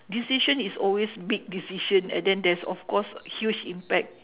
decision is always big decision and then there's of course huge impact